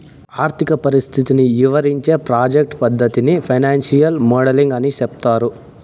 ఆర్థిక పరిస్థితిని ఇవరించే ప్రాజెక్ట్ పద్దతిని ఫైనాన్సియల్ మోడలింగ్ అని సెప్తారు